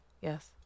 yes